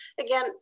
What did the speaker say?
again